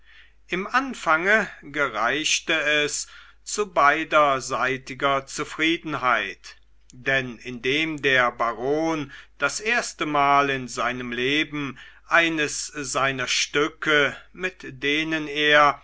im anfange gereichte es zu beiderseitiger zufriedenheit denn indem der baron das erste mal in seinem leben eines seiner stücke mit denen er